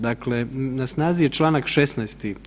Dakle na snazi je čl. 16.